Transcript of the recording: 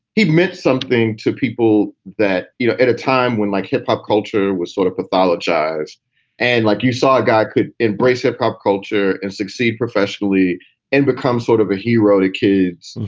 he meant something to people that, you know, at a time when, like hip hop culture was sort of pathologize and like you saw a guy could embrace hip hop culture and succeed professionally and become sort of a hero to kids.